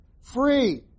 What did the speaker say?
Free